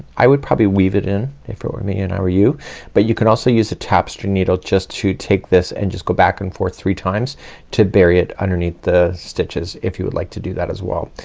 i would probably weave it in if it were me and i were you but you can also use a tapestry needle just to take this and just go back and forth three times to bury it underneath the stitches if you would like to do that as well.